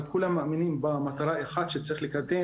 אבל כולם מאמינה במטרה אחת שצריך לקדם